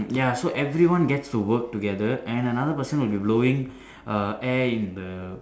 ya so everyone gets to work together and another person would be blowing err air in the